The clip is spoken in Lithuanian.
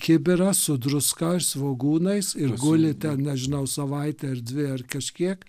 kibirą su druska ir svogūnais ir guli ten nežinau savaitę ar dvi ar kažkiek